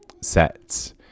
sets